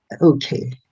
okay